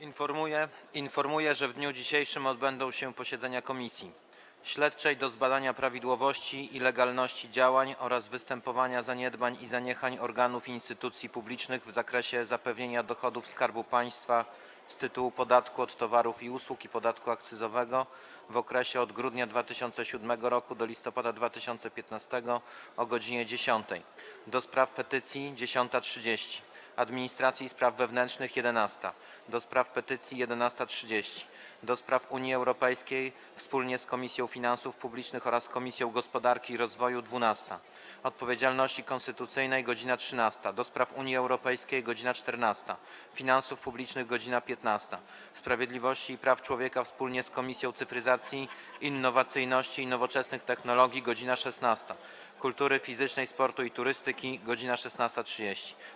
Informuję, że w dniu dzisiejszym odbędą się posiedzenia Komisji: - Śledczej do zbadania prawidłowości i legalności działań oraz występowania zaniedbań i zaniechań organów instytucji publicznych w zakresie zapewnienia dochodów Skarbu Państwa z tytułu podatku od towarów i usług i podatku akcyzowego w okresie od grudnia 2007 r. do listopada 2015 r. - godz. 10, - do Spraw Petycji - godz. 10.30, - Administracji i Spraw Wewnętrznych - godz. 11, - do Spraw Petycji - godz. 11.30, - do Spraw Unii Europejskiej wspólnie z Komisją Finansów Publicznych oraz Komisją Gospodarki i Rozwoju - godz. 12, - Odpowiedzialności Konstytucyjnej - godz. 13, - do Spraw Unii Europejskiej - godz. 14, - Finansów Publicznych - godz. 15, - Sprawiedliwości i Praw Człowieka wspólnie z Komisją Cyfryzacji, Innowacyjności i Nowoczesnych Technologii - godz. 16, - Kultury Fizycznej, Sportu i Turystyki - godz. 16.30,